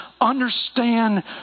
understand